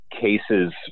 cases